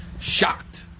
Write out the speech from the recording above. shocked